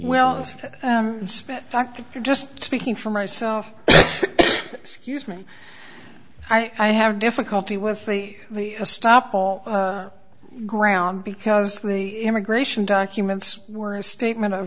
wells spent factor just speaking for myself excuse me i have difficulty with a stop all ground because the immigration documents were a statement of